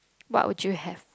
what would you have